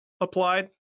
Applied